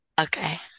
Okay